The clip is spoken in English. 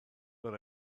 but